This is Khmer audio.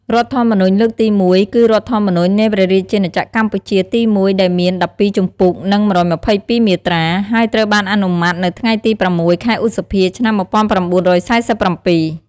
រដ្ឋធម្មនុញ្ញលើកទី១ គឺរដ្ឋធម្មនុញ្ញនៃព្រះរាជាណាចក្រកម្ពុជាទី១ ដែលមាន ១២ជំពូក និង ១២២មាត្រា ហើយត្រូវបានអនុម័តនៅថ្ងៃទី០៦ ខែឧសភា ឆ្នាំ១៩៤៧។